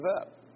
up